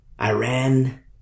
Iran